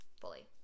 fully